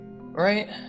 Right